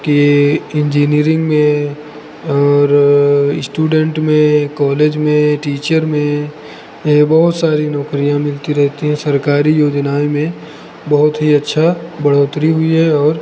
कि इन्जीनरिंग में और इस्टूडेंट में कोलेज में टीचर में यह बहुत सारी नौकरियाँ मिलती रहती हैं सरकारी योजनाओं में बहुत ही अच्छी बढ़ोत्तरी हुई है और